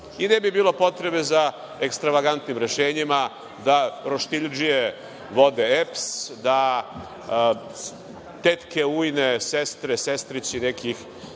i ne bi bilo potrebe za ekstravagantnim rešenjima da roštiljdžije vode EPS, da tetke, ujne, sestre, sestrići nekih